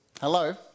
Hello